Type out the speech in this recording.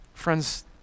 Friends